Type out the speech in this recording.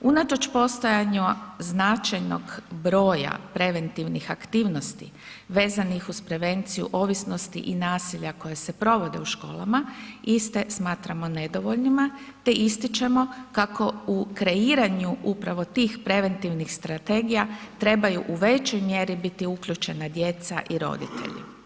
Unatoč postojanju značajnog broja preventivnih aktivnosti vezanih uz prevenciju ovisnosti i nasilja koje se provode u školama, iste smatramo nedovoljnima te ističemo kako u kreiranju upravo tih preventivnih strategija trebaju u većoj mjeri biti uključena djeca i roditelji.